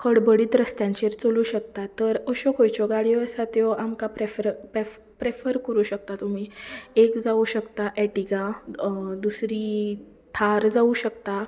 खडबडीत रस्त्यांचेर चलूंक शकता तर अश्यो खंयच्यो गाडयो आसा त्यो आमकां पेफर प्रेफ प्रेफर करूंक शकता तुमी एक जावूं शकता एर्टिगा दुसरी थार जावूंक शकता